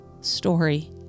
story